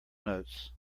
notes